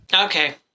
Okay